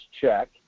check